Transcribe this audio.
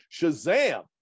Shazam